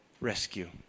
rescue